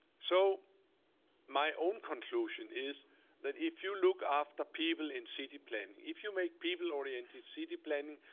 so my own conclusion is that if you look after people in city planning, if you make people-oriented city planning,